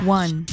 one